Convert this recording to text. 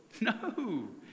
no